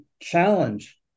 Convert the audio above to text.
challenge